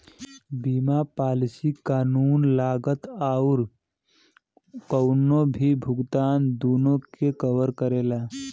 बीमा पॉलिसी कानूनी लागत आउर कउनो भी भुगतान दूनो के कवर करेला